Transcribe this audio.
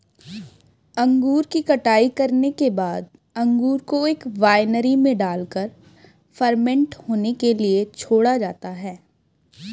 अंगूर की कटाई करने के बाद अंगूर को एक वायनरी में डालकर फर्मेंट होने के लिए छोड़ा जाता है